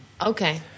Okay